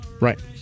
Right